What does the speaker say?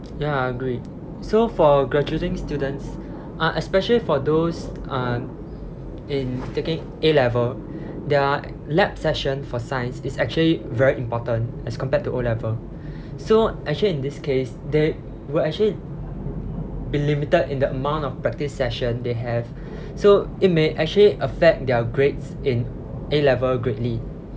ya I agree so for graduating students uh especially for those uh in taking A level their lab session for science is actually very important as compared to O level so actually in this case they were actually be limited in the amount of practice session they have so it may actually affect their grades in A level greatly